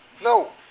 No